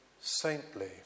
saintly